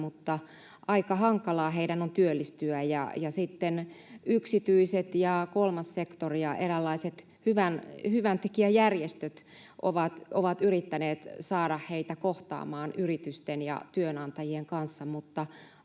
mutta aika hankalaa heidän on työllistyä, ja sitten yksityiset ja kolmas sektori ja eräänlaiset hyväntekijäjärjestöt ovat yrittäneet saada heitä kohtaamaan yritysten ja työnantajien kanssa,